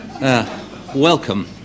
Welcome